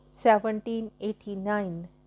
1789